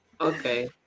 Okay